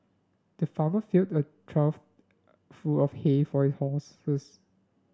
the farmer filled a trough full of hay for horses